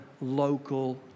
local